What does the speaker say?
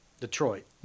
Detroit